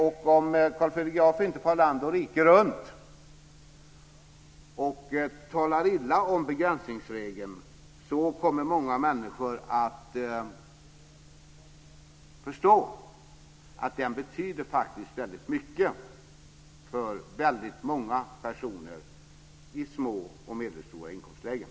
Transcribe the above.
Om Carl Fredrik Graf inte far land och rike runt och talar illa om begränsningsregeln kommer många människor att förstå att den faktiskt betyder väldigt mycket för väldigt många personer i små och medelstora inkomstlägen.